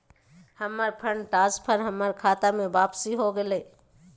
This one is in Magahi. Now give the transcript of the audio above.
हमर फंड ट्रांसफर हमर खता में वापसी हो गेलय